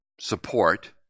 support